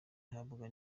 habaga